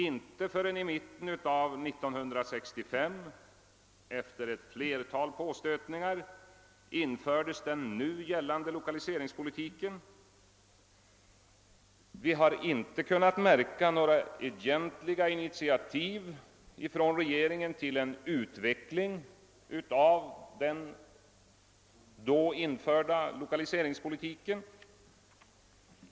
Inte förrän i mitten av 1965 infördes efter ett flertal påstötningar den nu gällande lokaliseringspolitiken. Vi har inte kunnat märka några egentliga initiativ från regeringens sida för en utveckling av den införda lokaliseringspolitiken.